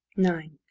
nine.